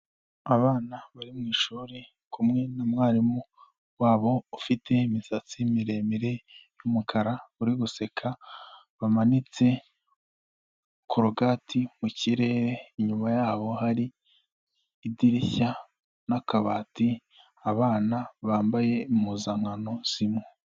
Abana bari mu ishuri bari kumwe na mwarimu wabo, ufite imisatsi miremire y'umukara, bari guseka bamanitse korogati mu kirere, inyuma yabo hari idirishya n'akabati, abana bambaye impuzankano zimwe.